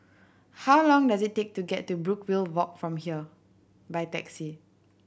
how long does it take to get to Brookvale Walk from here by taxi